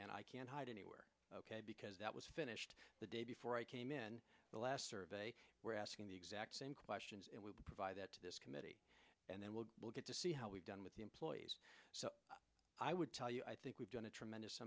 and i can't hide anywhere because that was finished the day before i came in the last survey we're asking the exact same questions we provide that to this committee and then we'll get to see how we've done with the employees so i would tell you i think we've done a tremendous